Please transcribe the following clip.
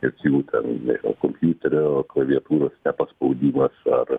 kad jų ten nežinau kompiuterio klaviatūra nepaspaudimas ar